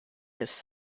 his